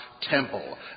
temple